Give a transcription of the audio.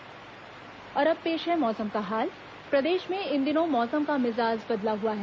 मौसम और अब पेश है मौसम का हाल प्रदेश में इन दिनों मौसम का मिजाज बदला हुआ है